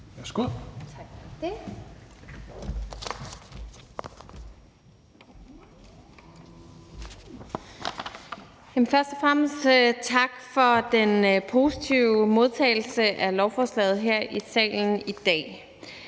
tak for den